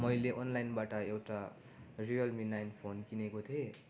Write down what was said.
मैले अनलाइनबाट एउटा रियलमी नाइन फोन किनेको थिएँ